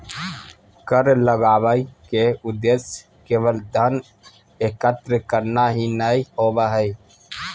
कर लगावय के उद्देश्य केवल धन एकत्र करना ही नय होबो हइ